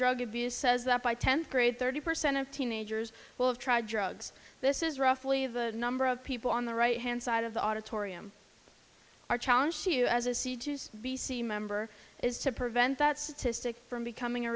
drug abuse says that by tenth grade thirty percent of teenagers will have tried drugs this is roughly the number of people on the right hand side of the auditorium our challenge to you as a seed just b c member is to prevent that statistic from becoming a